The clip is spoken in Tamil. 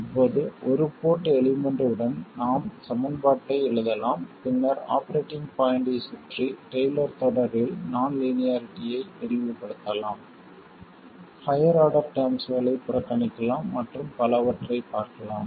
இப்போது ஒரு போர்ட் எலிமெண்ட் உடன் நாம் சமன்பாட்டை எழுதலாம் பின்னர் ஆபரேட்டிங் பாய்ண்ட்டைச் சுற்றி டெய்லர் தொடரில் நான் லீனியாரிட்டியை விரிவுபடுத்தலாம் ஹையர் ஆர்டர் டெர்ம்ஸ்களை புறக்கணிக்கலாம் மற்றும் பலவற்றைப் பார்க்கலாம்